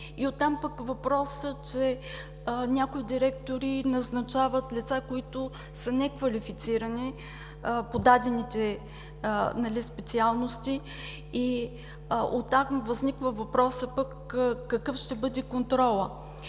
И оттам въпросът, че някои директори назначават лица, които са неквалифицирани по дадените специалности. Оттам възниква въпросът: какъв ще бъде контролът?